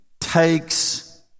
takes